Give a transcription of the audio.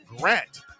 Grant